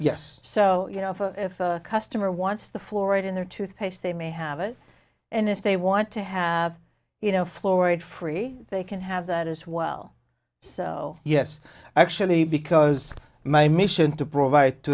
yes so you know if a customer wants the fluoride in their toothpaste they may have it and if they want to have you know floor it free they can have that as well so yes actually because my mission to provide